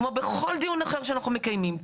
כמו בכל דיון אחר שאנחנו מקיימים פה,